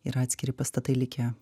yra atskiri pastatai likę